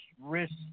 risk